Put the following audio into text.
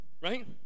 right